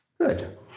Good